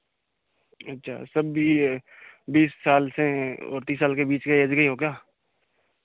अच्छा सब बी बीस साल से और साल के बीच के ऐज के ही हो क्या